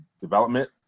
development